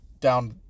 down